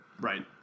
Right